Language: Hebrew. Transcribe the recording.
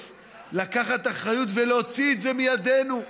לקחת אחריות ולהוציא את זה מידינו.